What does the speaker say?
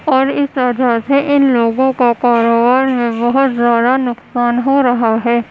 اور اس وجہ سے ان لوگوں کا کاروبار میں بہت زیادہ نقصان ہو رہا ہے